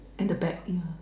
at the back yeah